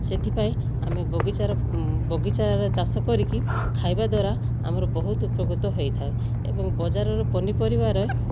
ସେଥିପାଇଁ ଆମେ ବଗିଚାର ବଗିଚାରେ ଚାଷ କରିକି ଖାଇବା ଦ୍ଵାରା ଆମର ବହୁତ୍ ଉପକୃତ ହୋଇଥାଏ ଏବଂ ବଜାରରୁ ପନିପରିବାରେ